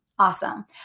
Awesome